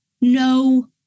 no